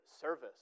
service